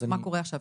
מה קורה עכשיו?